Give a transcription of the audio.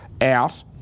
out